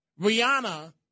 Rihanna